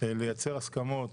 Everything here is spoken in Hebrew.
לייצר הסכמות